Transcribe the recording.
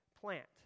plant